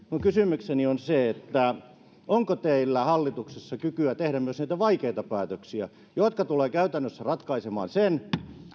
kysymykseni on se onko teillä hallituksessa kykyä tehdä myös näitä vaikeita päätöksiä jotka tulevat käytännössä ratkaisemaan sen